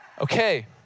Okay